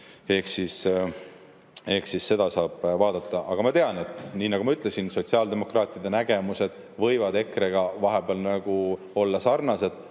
Ehk siis seda saab vaadata. Aga ma tean, nii nagu ma ütlesin, sotsiaaldemokraatide nägemused võivad EKRE-ga vahepeal olla sarnased,